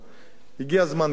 הגיע זמן גיוס,